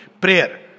prayer